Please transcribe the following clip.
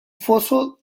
foso